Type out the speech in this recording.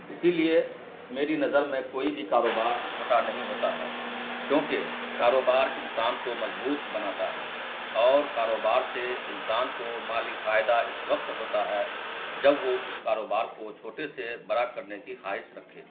اسی لیے میری نظر میں کوئی بھی کاروبار چھوٹا نہیں ہوتا ہے کیونکہ کاروبار انسان کو مضبوط بناتا ہے اور کاروبار سے انسان کو مالی فائدہ اس وقت ہوتا ہے جب وہ اس کاروبار کو چھوٹے سے بڑا کرنے کی خواہش رکھے